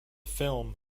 film